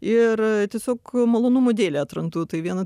ir tiesiog malonumų dėlei atrandu tai viena